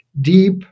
deep